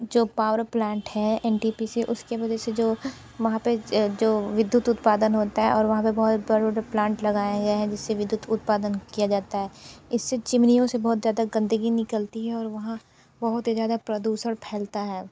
जो power plant है N T P C उसके वजह से जो वहाँ पे जो विधुत उत्पादन होता है और वहाँ पे बहुत बड़ा बड़ा प्लांट लगाया गया है जिससे विधुत उत्पादन किया जाता है इससे चिमनियों से बहुत ज़्यादा गंदगी निकलती है और वहाँ बहुत ही ज़्यादा प्रदूषण फैलता है